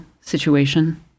situation